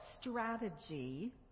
strategy